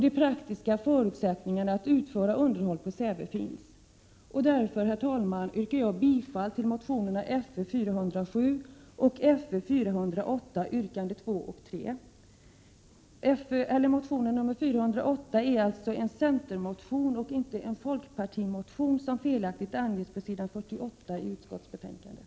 De praktiska förutsättningarna att utföra underhåll på Säve finns. Därför, herr talman, yrkar jag bifall till motionerna Fö407 och Fö408, yrkande 2 och 3. Motionen Fö408 är alltså en centermotion och inte en folkpartimotion, som felaktigt angivits på s. 48 i utskottsbetänkandet.